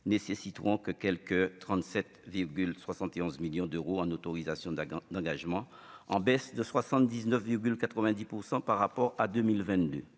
nécessiteront que quelque 37 71 millions d'euros en autorisations accord d'engagement en baisse de 79 90 % par rapport à 2022,